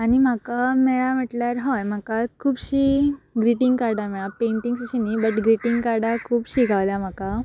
आनी म्हाका मेळ्ळा म्हटल्यार हय म्हाका खुबशी ग्रिटींग कार्डां मेळ्ळां पेंटींग्स अशी न्ही बट ग्रिटींग कार्डां खूबशी गावल्या म्हाका